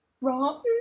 Rotten